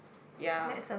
ya